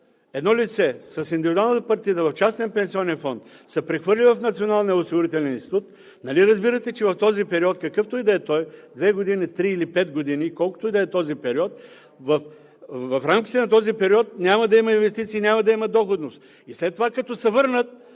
едно лице с индивидуална партида в частен пенсионен фонд се прехвърли в Националния осигурителен институт, нали разбирате, че в този период, какъвто и да е той – две, три или пет години, колкото и да е този период, в рамките на този период няма да има инвестиции, няма да има доходност. След това, като се върнат